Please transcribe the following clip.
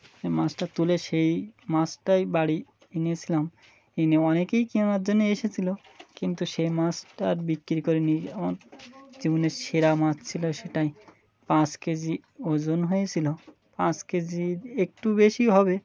সে মাছটা তুলে সেই মাছটাই বাড়ি এনেছিলাম এনে অনেকেই কেনার জন্যে এসেছিল কিন্তু সেই মাছটা আর বিক্রি করিনি আমার জীবনের সেরা মাছ ছিল সেটাই পাঁচ কেজি ওজন হয়েছিল পাঁচ কেজির একটু বেশি হবে